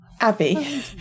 Abby